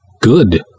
good